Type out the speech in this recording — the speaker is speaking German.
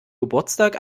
geburtstag